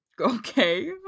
okay